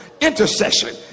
intercession